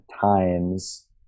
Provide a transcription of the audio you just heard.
times